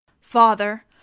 Father